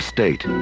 State